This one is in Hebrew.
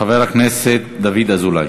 חבר הכנסת דוד אזולאי,